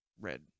red